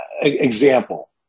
example